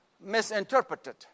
misinterpreted